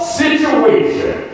situation